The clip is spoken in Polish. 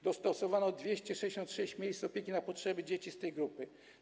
Dostosowano 266 miejsc opieki na potrzeby dzieci z tej grupy.